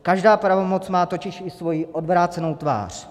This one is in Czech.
Každá pravomoc má totiž i svoji odvrácenou tvář.